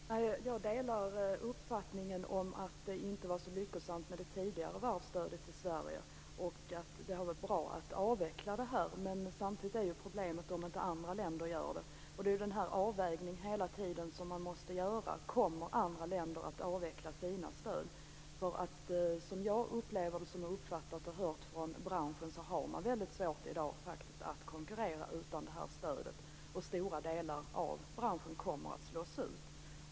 Fru talman! Jag delar uppfattningen att det inte var så lyckosamt med det tidigare varvsstödet i Sverige och att det var bra att avveckla det. Men det innebär samtidigt ett problem om inte andra länder gör det. Man måste alltså hela tiden göra avvägningen om andra länder kommer att avveckla sina stöd. Jag har uppfattat att branschen i dag har mycket svårt att konkurrera utan detta stöd, och stora delar av branschen kommer att slås ut.